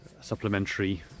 supplementary